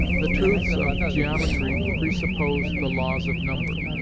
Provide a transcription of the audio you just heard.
the truths of geometry presuppose the laws of number,